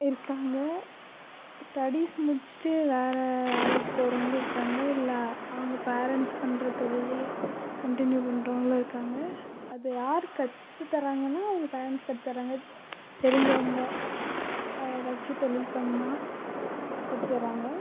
இருக்காங்க ஸ்டடீஸ் முடிச்சுட்டு வேறு வேலைக்கு போகிறவுங்களும் இருக்காங்க இல்லை அவங்க பேரண்ட்ஸ் பண்ணுற தொழிலயே கன்டின்யூ பண்ணுறவங்களும் இருக்காங்க அது யார் கற்றுத்தராங்கன்னா அவங்க பேரண்ட்ஸ் கற்றுத்தராங்க தெரிஞ்சவங்க ஏதாச்சும் தொழில் பண்ணால் கற்றுத்தராங்க